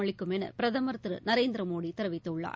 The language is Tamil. அளிக்கும் என பிரதமர் திரு நரேந்திர மோடி தெரிவித்துள்ளார்